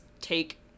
take